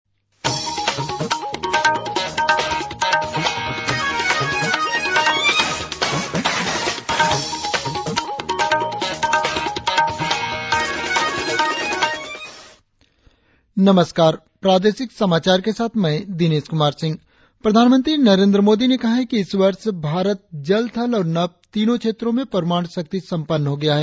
आकाशवाणी ईटानगर प्रधानमंत्री नरेंद्र मोदी ने कहा है कि इस वर्ष भारत जल थल और नभ तीनो क्षेंत्रो में परमाणु शक्ति संपन्न हो गया है